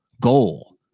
goal